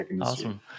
Awesome